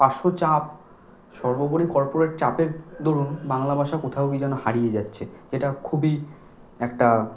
পার্শ্বচাপ সর্বোপরি কর্পোরেট চাপের দরুন বাংলা ভাষা কোথাও গিয়ে যেন হারিয়ে যাচ্ছে যেটা খুবই একটা